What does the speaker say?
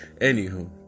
Anywho